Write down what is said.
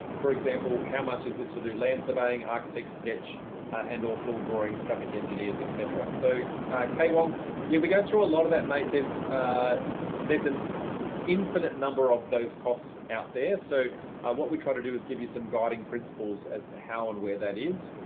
for example, how much is it to do land surveying, architects sketch and awful drawings, traffic engineers, etc. so kay, yeah we go through a lot of that mate. there's ah there's an infinite number of those costs out there. so what we try to do is give you some guiding principles as to how and where that is,